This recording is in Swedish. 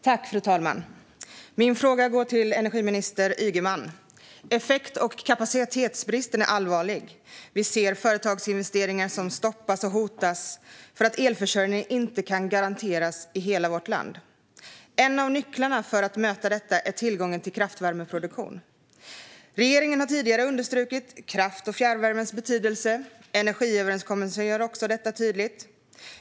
Fru talman! Min fråga går till energiminister Ygeman. Effekt och kapacitetsbristen är allvarlig. Vi ser företagsinvesteringar som stoppas och hotas därför att elförsörjning inte kan garanteras i hela vårt land. En av nycklarna för att möta detta är tillgången till kraftvärmeproduktion. Regeringen har tidigare understrukit kraft och fjärrvärmens betydelse. Energiöverenskommelsen gör också detta tydligt.